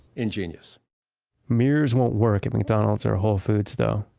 ingenious mirrors won't work at mcdonald's or a whole foods though.